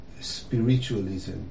spiritualism